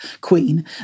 queen